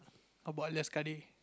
how about